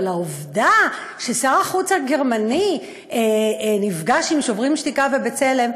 אבל העובדה ששר החוץ הגרמני נפגש עם "שוברים שתיקה" ו"בצלם"